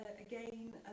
again